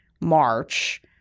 march